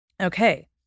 Okay